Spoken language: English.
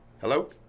Hello